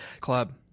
Club